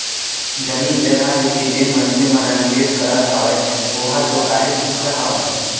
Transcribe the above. जमीन जघा लेके जेन मनसे मन ह निवेस करत हावय ओहा तो काहेच सुग्घर हावय